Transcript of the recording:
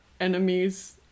Enemies